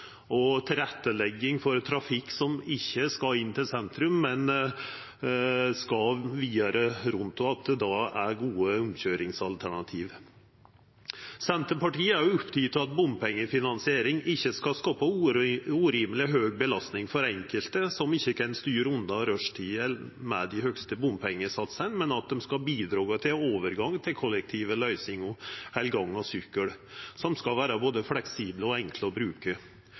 og tilrettelegging for trafikk som ikkje skal inn til sentrum, men skal vidare rundt, og at det då er gode omkjøringsalternativ. Senterpartiet er også oppteken av at bompengefinansiering ikkje skal skapa urimeleg høg belastning for enkelte som ikkje kan styra unna rushtida, med dei høgaste bompengesatsane, men at det skal bidraga til overgang til kollektive løysingar – eller gonge og sykkel – som skal vera både fleksible og enkle å